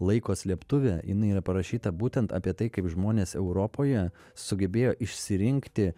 laiko slėptuvė jinai yra parašyta būtent apie tai kaip žmonės europoje sugebėjo išsirinkti